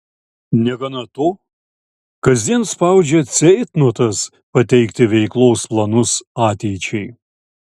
negana to kasdien spaudžia ceitnotas pateikti veiklos planus ateičiai